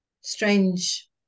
strange